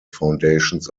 foundations